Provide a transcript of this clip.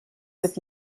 with